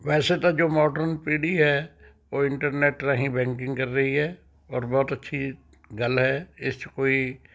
ਵੈਸੇ ਤਾਂ ਜੋ ਮੋਡਰਨ ਪੀੜ੍ਹੀ ਹੈ ਉਹ ਇੰਟਰਨੈੱਟ ਰਾਹੀਂ ਬੈਕਿੰਗ ਕਰ ਰਹੀ ਹੈ ਔਰ ਬਹੁਤ ਅੱਛੀ ਗੱਲ ਹੈ ਇਸ 'ਚ ਕੋਈ